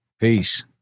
Peace